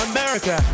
America